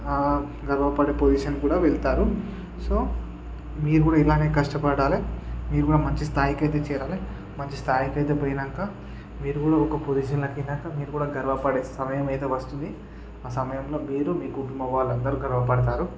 గర్వపడే పొజిషన్కి కూడా వెళ్తారు సో మీరు కూడా ఇలానే కష్టపడాలి మీరు కూడా మంచి స్థాయికయితే చేరాలి మంచి స్థాయికయితే పోయినాక మీరు కూడా ఒక పొజిషన్ వెళ్ళినాక మీరు కూడా గర్వపడే సమయం అయితే వస్తుంది ఆ సమయంలో మీరు మీ కుటుంబ వాళ్ళందరూ గర్వపడతారు